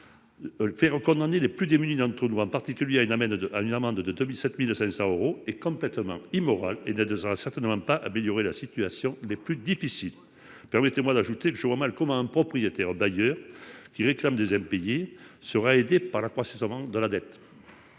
faire condamner les plus démunis d'entre nous en particulier à une amène de à une amende de Tommy 7500 euros est complètement immoral et dès 2 ans, a certainement pas amélioré la situation des plus difficiles. Permettez-moi d'ajouter le je vois mal comment un propriétaire d'ailleurs qui réclame des impayés sera aidée par la croissance avant de la dette.